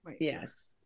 Yes